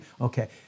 Okay